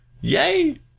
yay